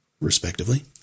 respectively